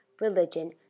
religion